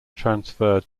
transferred